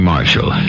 Marshall